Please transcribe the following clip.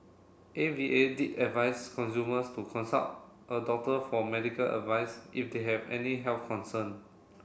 A V A did advice consumers to consult a doctor for medical advice if they have any health concern